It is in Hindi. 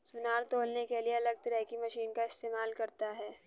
सुनार तौलने के लिए अलग तरह की मशीन का इस्तेमाल करता है